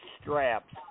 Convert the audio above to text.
straps